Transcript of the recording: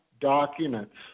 documents